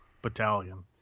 battalion